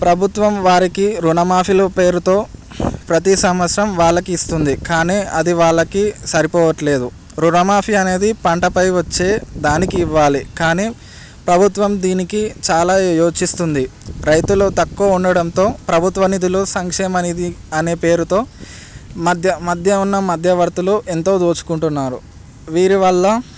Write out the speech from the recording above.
ప్రభుత్వం వారికి రుణమాఫీలు పేరుతో ప్రతి సంవత్సరం వాళ్ళకి ఇస్తుంది కానీ అది వాళ్ళకి సరిపోవట్లేదు రుణమాఫీ అనేది పంటపై వచ్చే దానికి ఇవ్వాలి కానీ ప్రభుత్వం దీనికి చాలా యోచిస్తుంది రైతుల తక్కువ ఉండడంతో ప్రభుత్వ నిధులు సంక్షేమ నిధి అనే పేరుతో మధ్య మధ్య ఉన్న మధ్యవర్తులు ఎంతో దోచుకుంటున్నారు వీరి వల్ల